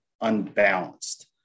unbalanced